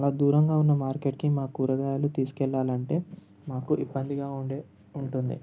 అలా దూరంగా ఉన్న మార్కెట్కి మా కూరగాయలు తీసుకెళ్ళాలంటే మాకు ఇబ్బందిగా ఉండే ఉంటుంది